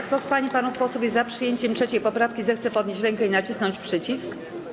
Kto z pań i panów posłów jest za przyjęciem 3. poprawki, zechce podnieść rękę i nacisnąć przycisk.